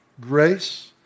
grace